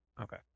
Okay